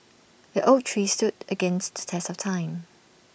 the oak tree stood strong against the test of time